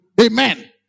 amen